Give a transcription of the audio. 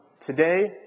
today